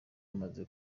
amaze